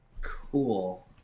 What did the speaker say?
Cool